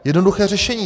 Jednoduché řešení.